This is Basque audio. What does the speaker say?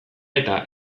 eta